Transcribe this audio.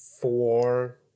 four